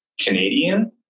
Canadian